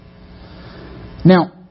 Now